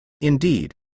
Indeed